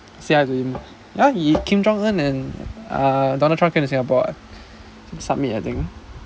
say hi to him ya he Kim-Jong-Un and uh donald trump came to singapore [what] summit I think